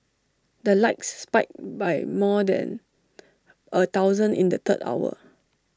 the likes spiked by more than A thousand in the third hour